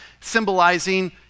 Symbolizing